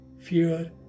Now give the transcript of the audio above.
fear